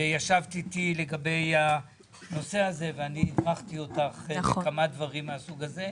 וישבת איתי לדבר על הנושא הזה ואני הדרכתי אותך בכמה דברים מן הסוג הזה.